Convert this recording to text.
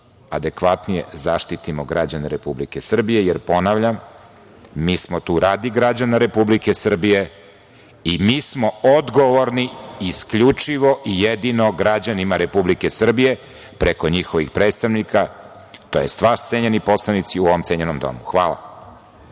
adekvatnije zaštitimo građane Republike Srbije, jer ponavljam, mi smo tu radi građana Republike Srbije i mi smo odgovorni isključivo i jedino građanima Republike Srbije, preko njihovih predstavnika, tj. vas, cenjeni poslanici u ovom cenjenom domu. Hvala.